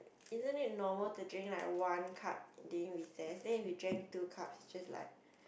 isn't it normal to drink like one cup during recess then if you drank two cups it's just like